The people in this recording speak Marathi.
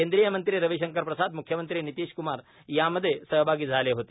केंद्रीय मंत्री रविशंकर प्रसाद म्ख्यमंत्री नितीशक्मार यामध्ये सहभागी झाले होते